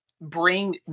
bring